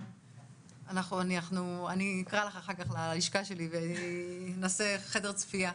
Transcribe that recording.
אני אקרא לך אחר כך ללשכה שלי ונעשה חדר צפייה.